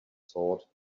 sword